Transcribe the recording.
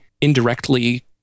indirectly